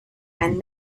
and